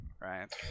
right